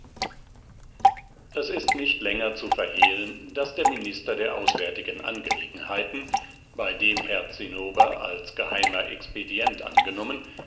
es ist nicht länger zu verhehlen daß der minister der auswärtigen angelegenheiten bei dem herr zinnober als geheimer expedient angenommen